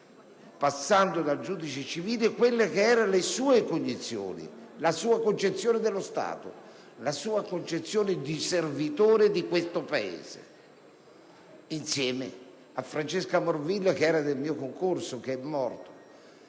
venendo dal civile, le sue cognizioni, la sua concezione dello Stato, la sua concezione di servitore di questo Paese, insieme a Francesca Morvillo, che era del mio concorso e che è morta.